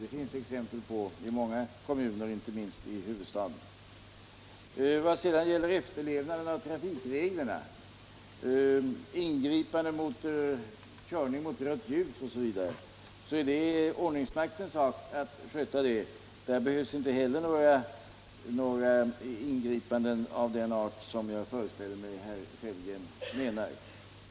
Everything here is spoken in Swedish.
Det finns det exempel på i många kommuner, inte minst i huvudstaden. Vad sedan gäller efterlevnaden av trafikreglerna, ingripanden mot körning mot rött ljus osv., så är det ordningsmaktens sak att sköta detta. Därvidlag behövs inte heller några ingripanden av den art som jag föreställer mig att herr Sellgren menar.